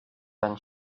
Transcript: than